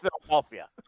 Philadelphia